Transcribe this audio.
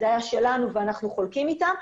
זה היה שלנו ואנחנו חולקים איתם.